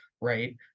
right